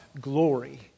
glory